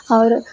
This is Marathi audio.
और